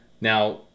Now